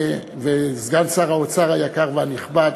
וסגן שר האוצר היקר והנכבד,